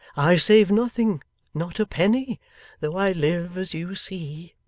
i save nothing not a penny though i live as you see,